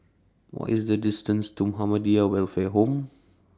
What IS The distance to Muhammadiyah Welfare Home